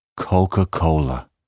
Coca-Cola